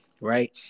right